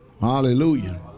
Hallelujah